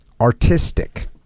artistic